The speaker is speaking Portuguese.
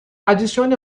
adicione